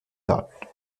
thought